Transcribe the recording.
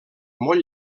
molt